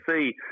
see